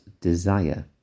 desire